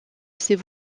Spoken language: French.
c’est